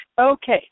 Okay